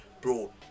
bro